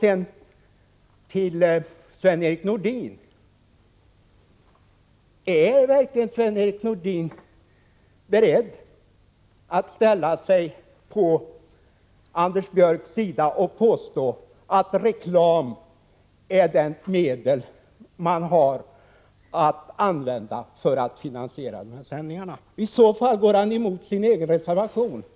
Sedan vill jag fråga Sven-Erik Nordin om han verkligen är beredd att ställa sig på Anders Björcks sida och påstå att reklam är det medel man har för att finansiera de här sändningarna. I så fall går Sven-Erik Nordin mot sin egen reservation.